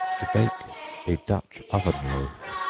to bake a dutch-oven loaf.